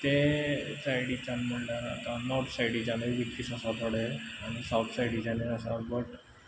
ते सायडीच्यान म्हणल्यार आतां नोर्थ सायडीच्यान बिचीस आसा थोडे आनी साउथ सायडीच्यानूय आसा बट